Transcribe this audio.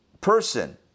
person